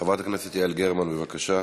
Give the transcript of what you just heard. חברת הכנסת יעל גרמן, בבקשה,